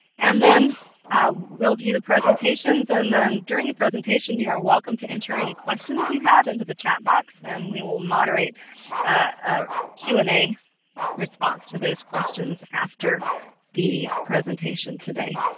and then we'll do the presentations and then during the presentation you are welcome to enter any questions you have into the chat box and we will moderate a q and a response to those questions after the presentation today.